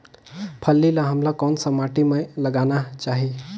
फल्ली ल हमला कौन सा माटी मे लगाना चाही?